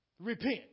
repent